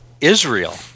Israel